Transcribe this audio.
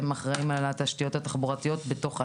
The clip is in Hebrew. הם אחראים על התשתיות התחבורתיות בתוך העיר.